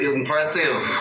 impressive